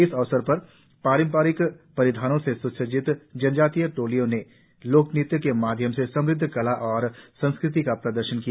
इस अवसर पर पारंपरिक परिधानों से स्सज्जित जनजातिय टोलियों ने लोकऩत्य के माध्यम से समृद्ध कला और संस्कृति का प्रदर्शन किया